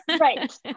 Right